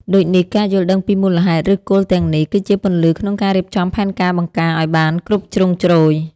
ដូចនេះ ការយល់ដឹងពីមូលហេតុឫសគល់ទាំងនេះ គឺជាពន្លឺក្នុងការរៀបចំផែនការបង្ការឱ្យបានគ្រប់ជ្រុងជ្រោយ។